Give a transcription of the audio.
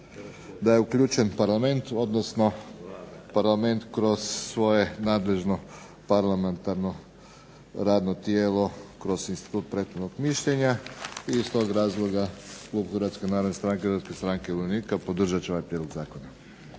da je uključen Parlament, odnosno Parlament kroz svoje nadležno parlamentarno radno tijelo, kroz institut prethodnog mišljenja. I iz tog razloga klub Hrvatske narodne stranke, Hrvatske stranke umirovljenika podržat će ovaj prijedlog zakona.